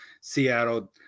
Seattle